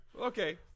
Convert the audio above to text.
Okay